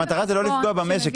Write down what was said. המטרה זה לא לפגוע במשק,